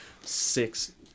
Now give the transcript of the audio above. six